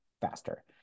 faster